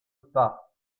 pas